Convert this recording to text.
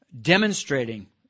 demonstrating